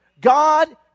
God